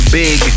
big